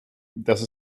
dass